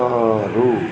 ಆರು